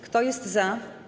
Kto jest za?